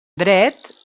dret